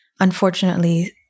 unfortunately